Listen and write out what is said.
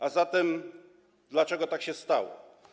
A zatem dlaczego tak się stało?